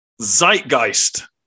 Zeitgeist